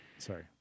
Sorry